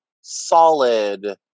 solid